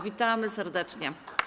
Witamy serdecznie.